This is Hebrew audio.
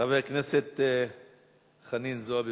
חברת הכנסת חנין זועבי,